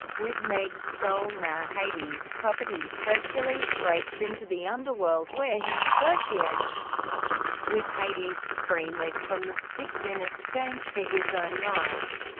with meg's soul now hades' property, hercules breaks into the underworld where he negotiates with hades to free meg from the styx in exchange for his own life.